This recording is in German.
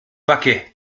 backe